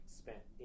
spent